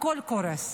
הכול קורס,